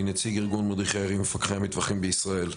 אני נציג ארגון מדריכי הירי ומפקחי המטווחים בישראל.